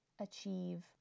achieve